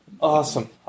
awesome